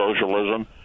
socialism